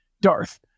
Darth